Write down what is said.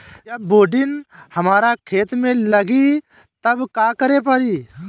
जब बोडिन हमारा खेत मे लागी तब का करे परी?